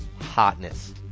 hotness